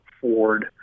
Ford